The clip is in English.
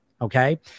Okay